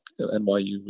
nyu